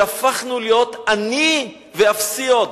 שהפכנו להיות "אני ואפסי עוד".